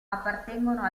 appartengono